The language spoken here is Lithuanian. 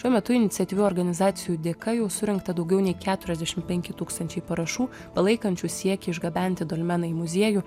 šiuo metu iniciatyvių organizacijų dėka jau surinkta daugiau nei keturiasdešim penki tūkstančiai parašų palaikančių siekį išgabenti dolmeną į muziejų